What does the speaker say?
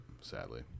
sadly